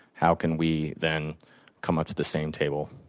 how can we then come up to the same table?